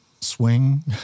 swing